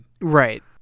Right